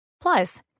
Plus